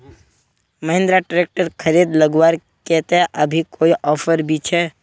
Mahindra tractor खरीद लगवार केते अभी कोई ऑफर भी छे?